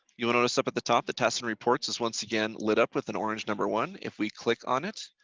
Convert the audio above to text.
you will notice up at the top, the test and reports is once again lit up with an orange number one. if we click on it,